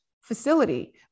facility